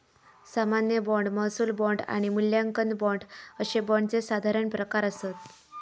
सामान्य बाँड, महसूल बाँड आणि मूल्यांकन बाँड अशे बाँडचे साधारण प्रकार आसत